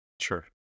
Sure